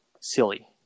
silly